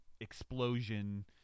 explosion